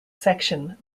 section